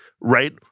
right